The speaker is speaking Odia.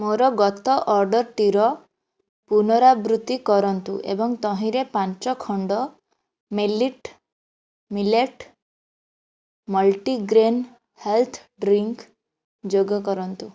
ମୋର ଗତ ଅର୍ଡ଼ର୍ଟିର ପୁନରାବୃତ୍ତି କରନ୍ତୁ ଏବଂ ତହିଁରେ ପାଞ୍ଚ ଖଣ୍ଡ millet millet multigrain health drink ଯୋଗ କରନ୍ତୁ